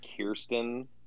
Kirsten